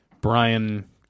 Brian